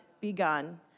begun